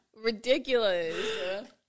Ridiculous